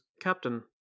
Captain